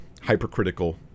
hypercritical